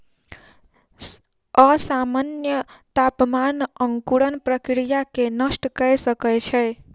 असामन्य तापमान अंकुरण प्रक्रिया के नष्ट कय सकै छै